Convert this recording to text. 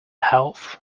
health